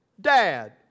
Dad